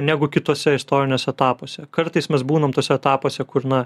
negu kituose istoriniuose etapuose kartais mes būnam tuose etapuose kur na